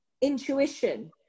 intuition